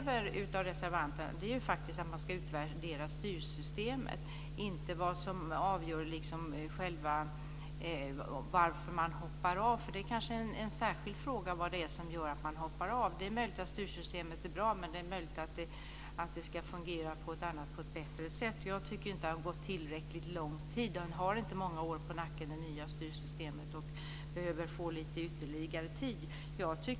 Vad reservanterna kräver är ju att man ska utvärdera styrsystemet, och inte vad som avgör varför man hoppar av. Det senare kanske är en särskild fråga. Det är möjligt att styrsystemet är bra, men det är också möjligt att det ska fungera på ett annat och bättre sätt. Det nya styrsystemet har inte många år på nacken, och jag tycker inte att det har gått tillräckligt lång tid. Det behöver få lite ytterligare tid.